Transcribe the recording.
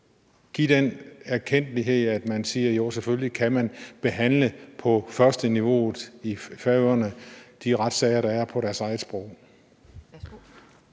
give den erkendtlighed, at man siger, at jo, selvfølgelig kan man på førsteniveauet i Færøerne behandle de retssager, der er, på deres eget sprog?